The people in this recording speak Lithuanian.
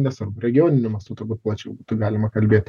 nesvarbu regioniniu mastu turbūt plačiau būtų galima kalbėti